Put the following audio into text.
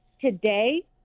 Today